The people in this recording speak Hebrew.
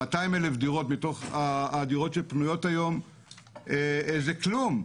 200,000 דירות מתוך הדירות שפנויות היום זה כלום.